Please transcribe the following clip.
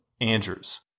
Andrews